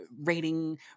rating